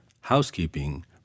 housekeeping